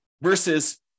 versus